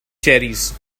cherries